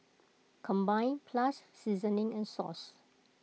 combined plus seasoning and sauce